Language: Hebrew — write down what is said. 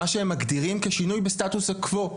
מה שהם מגדירים כשינוי הסטטוס-קוו.